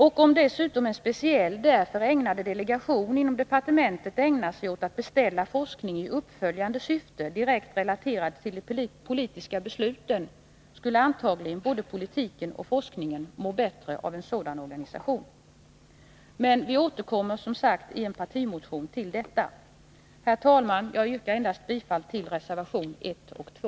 Och om dessutom en speciell, därför ägnad delegation inom departementet ägnar sig åt att beställa forskning i uppföljande syfte, direkt relaterad till de politiska besluten, skulle antagligen både politiken och forskningen må bättre av detta. Men vi återkommer som sagt i en partimotion till dessa frågor. Herr talman! Jag yrkar endast bifall till reservationerna 1 och 2.